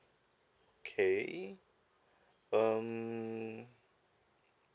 okay um